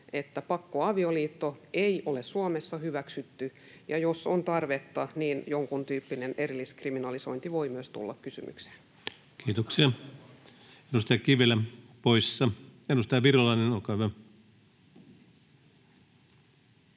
että pakkoavioliitto ei ole Suomessa hyväksytty, ja jos on tarvetta, niin jonkuntyyppinen erilliskriminalisointi voi myös tulla kysymykseen. [Timo Heinonen pyytää vastauspuheenvuoroa]